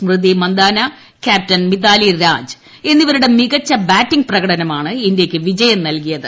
സ്മൃതി Mandhana captain Mithali Raj എന്നിവരുടെ മികച്ച batting പ്രകടനമാണ് ഇന്ത്യയ്ക്ക് പിജയം നൽകിയത്